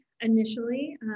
initially